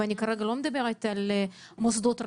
אני לא מדברת רק על מוסדות רווחה,